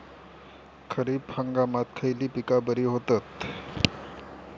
खरीप हंगामात खयली पीका बरी होतत?